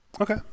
Okay